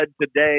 today